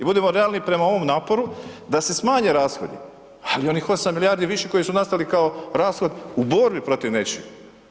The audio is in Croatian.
I budimo realni, prema ovom naporu, da se smanje rashodi, ali onih 8 milijardi više koji su nastali kao rashod u borbi protiv nečega.